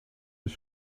his